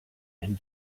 and